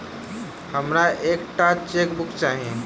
हमरा एक टा चेकबुक चाहि